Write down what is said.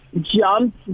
jump